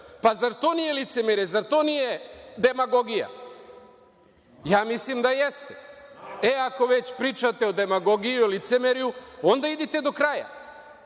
Pa, zar to nije licemerje, zar to nije demagogija? Ja mislim da jeste. Ako već pričate o demagogiji i licemerju idite do kraja.